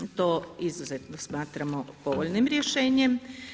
To izuzetno smatramo povoljnim rješenjem.